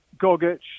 Gogic